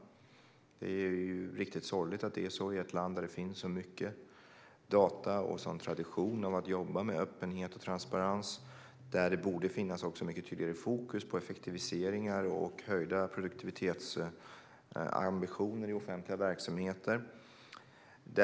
Det är riktigt sorgligt att det är så i ett land där det finns så mycket data och en sådan tradition av att jobba med öppenhet och transparens. Det borde vara mycket tydligare fokus på effektiviseringar och höjda produktivitetsambitioner i offentliga verksamheter.